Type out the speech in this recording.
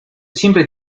siempre